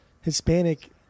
Hispanic